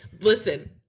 Listen